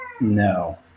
No